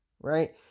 right